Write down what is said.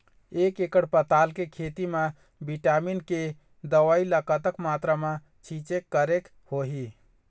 एक एकड़ पताल के खेत मा विटामिन के दवई ला कतक मात्रा मा छीचें करके होही?